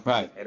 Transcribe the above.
Right